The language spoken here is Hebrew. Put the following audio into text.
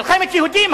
מלחמת יהודים.